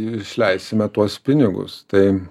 išleisime tuos pinigus tai